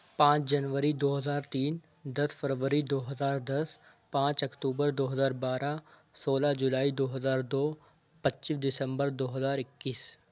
پانچ جنوری دو ہزار تین دس فروری دو ہزار دس پانچ اکتوبر دو ہزار بارہ سولہ جولائی دو ہزار دو پچیس دسمبر دو ہزار اکیس